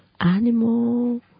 animal